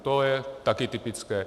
To je také typické.